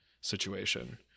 situation